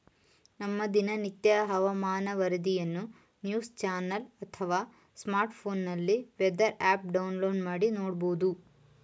ನಮ್ಮ ದಿನನಿತ್ಯದ ಹವಾಮಾನ ವರದಿಯನ್ನು ನ್ಯೂಸ್ ಚಾನೆಲ್ ಅಥವಾ ಸ್ಮಾರ್ಟ್ಫೋನ್ನಲ್ಲಿ ವೆದರ್ ಆಪ್ ಡೌನ್ಲೋಡ್ ಮಾಡಿ ನೋಡ್ಬೋದು